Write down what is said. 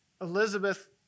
Elizabeth